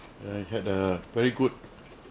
I had a very good